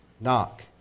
Knock